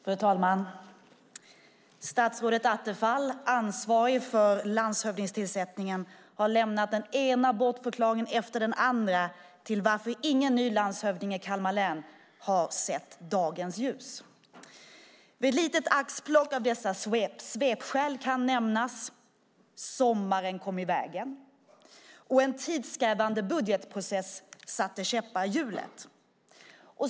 Fru talman! Statsrådet Attefall, ansvarig för landshövdingetillsättningen, har lämnat den ena bortförklaringen efter den andra till varför ingen ny landshövding i Kalmar län har sett dagens ljus. Vid ett litet axplock av dessa svepskäl kan nämnas att sommaren kom i vägen och att en tidskrävande budgetprocess satte käppar i hjulet.